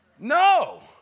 No